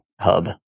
hub